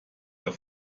der